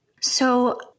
So-